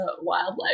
Wildlife